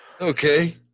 Okay